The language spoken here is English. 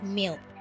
milk